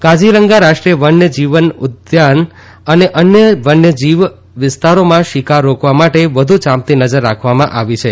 કાઝીરંગા રાષ્ટ્રીય વન્ય જીવ ઉદ્યાન અને અન્ય વન્યજીવ વિસ્તારોમાં શિકાર રોકવા માટે વધુ યાં તી નજર રાખવામાં આવી છે